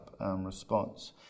response